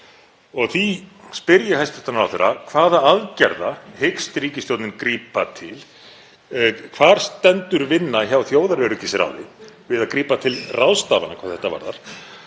og því spyr ég hæstv. ráðherra: Hvaða aðgerða hyggst ríkisstjórnin grípa til? Hvar stendur vinna hjá þjóðaröryggisráði við að grípa til ráðstafana hvað þetta varðar?